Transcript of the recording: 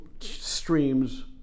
streams